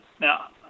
Now